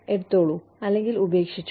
എടുക്കുക അല്ലെങ്കിൽ ഉപേക്ഷിക്കുക